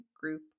group